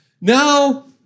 Now